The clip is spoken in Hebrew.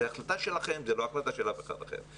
זו החלטה שלכם, זו לא החלטה של אף אחד אחר.